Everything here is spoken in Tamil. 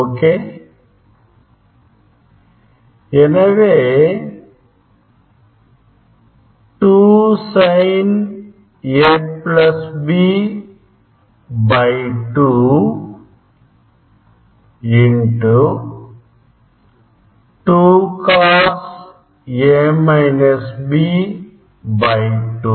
0k எனவே 2 Sin A B2 2Cos 2